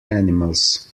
animals